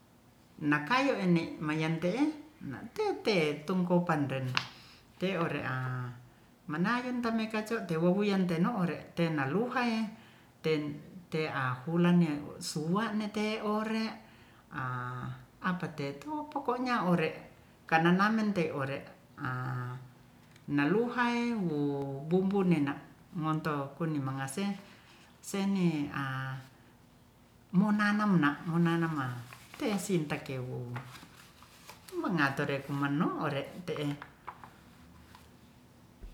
Nakayo'ene mayante'e nate'te tungkopan ren te'ore'a manayun tamekaco tewowuyan teno'ore teluhaie ten te'a hulanne suwa'ne te ore a apate'to pokonya ore'kanamen te'ore a naluhai wo bumbu ne'na monto kunimangase sene'a monanomna monanam'a tesietekawe'u mangatur rek manuore te'e